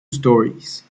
stories